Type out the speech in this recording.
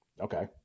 Okay